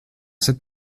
cette